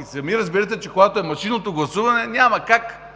и сами разбирате, че когато е машинното гласуване, няма как